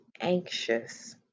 anxious